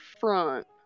front